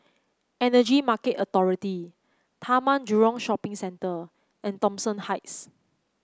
Energy Market Authority Taman Jurong Shopping Centre and Thomson Heights